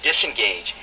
disengage